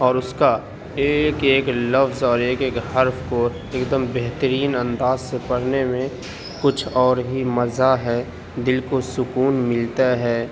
اور اس کا ایک ایک لفظ اور ایک ایک حرف کو ایک دم بہترین انداز سے پڑھنے میں کچھ اور ہی مزہ ہے دل کو سکون ملتا ہے